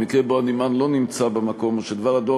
במקרה שבו הנמען לא נמצא במקום או שדבר הדואר